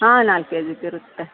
ಹಾಂ ನಾಲ್ಕು ಕೆಜಿದು ಇರುತ್ತೆ